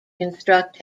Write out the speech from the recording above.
construct